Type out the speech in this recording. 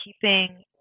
keeping